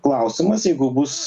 klausimas jeigu bus